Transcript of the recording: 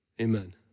amen